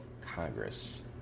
Congress